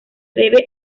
debe